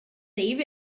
eve